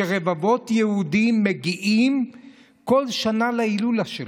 שרבבות יהודים מגיעים כל שנה להילולה שלו.